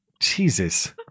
Jesus